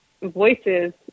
voices